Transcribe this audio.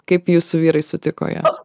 kaip jūsų vyrai sutiko ją